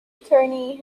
attorney